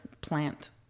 plant